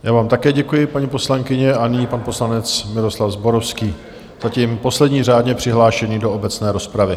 Já vám také děkuji, paní poslankyně, a nyní pan poslanec Miroslav Zborovský, zatím poslední řádně přihlášený do obecné rozpravy.